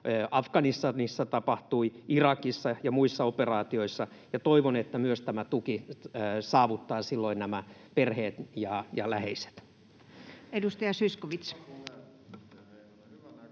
Afganistanissa, Irakissa ja muissa operaatioissa, ja toivon, että myös tämä tuki saavuttaa silloin nämä perheet ja läheiset. [Pasi Kivisaari: